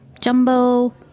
Jumbo